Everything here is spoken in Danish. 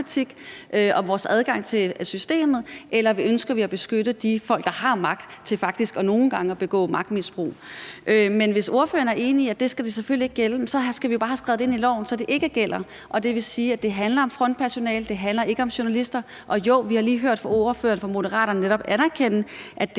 og vores adgang til systemet, eller ønsker vi at beskytte de folk, der har magt, til faktisk nogle gange at begå magtmisbrug? Men hvis ordføreren er enig i, at det skal det selvfølgelig ikke gælde, skal vi jo bare have det skrevet ind i loven, så det ikke gælder. Det vil sige, at det handler om frontpersonale og ikke handler om journalister. Vi har jo lige hørt ordføreren for Moderaterne netop anerkende, at det